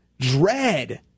dread